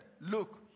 Look